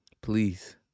please